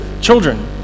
children